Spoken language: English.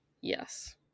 Yes